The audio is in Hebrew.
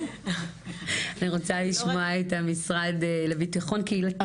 אני רוצה לשמוע את הרשות לביטחון קהילתי,